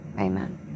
Amen